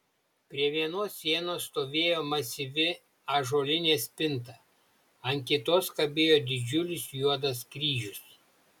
prie vienos sienos stovėjo masyvi ąžuolinė spinta ant kitos kabėjo didžiulis juodas kryžius